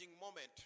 moment